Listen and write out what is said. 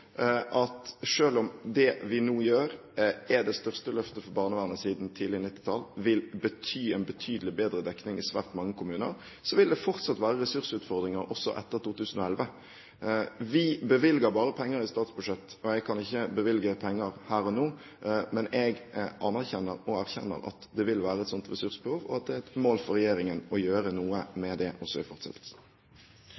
at selv om det vi nå gjør, er det største løftet for barnevernet siden tidlig 1990-tall, som vil bety en betydelig bedre dekning i svært mange kommuner, vil det fortsatt være ressursutfordringer også etter 2011. Vi bevilger bare penger i statsbudsjettet, jeg kan ikke bevilge penger her og nå, men jeg anerkjenner og erkjenner at det vil være et slikt ressursbehov, og det er et mål for regjeringen å gjøre noe